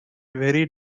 very